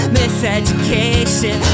miseducation